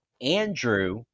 Andrew